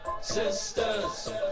sisters